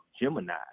Gemini